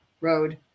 road